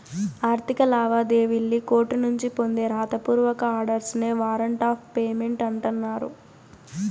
ఆర్థిక లావాదేవీల్లి కోర్టునుంచి పొందే రాత పూర్వక ఆర్డర్స్ నే వారంట్ ఆఫ్ పేమెంట్ అంటన్నారు